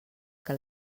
que